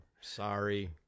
sorry